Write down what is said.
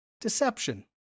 Deception